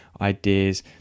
ideas